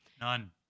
None